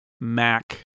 Mac